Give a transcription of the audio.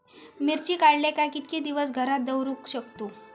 मिर्ची काडले काय कीतके दिवस घरात दवरुक शकतू?